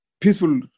peaceful